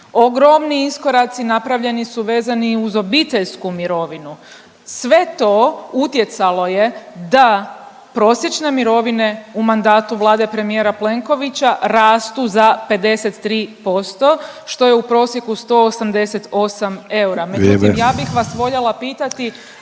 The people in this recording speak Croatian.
Ogromni iskoraci napravljeni su vezani uz obiteljsku mirovinu. Sve to utjecalo je da prosječne mirovine u mandatu Vlade premijera Plenkovića rastu za 53% što je u prosjeku 188 eura. …/Upadica Sanader: